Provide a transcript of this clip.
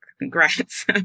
Congrats